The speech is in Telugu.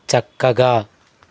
చక్కగా